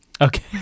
Okay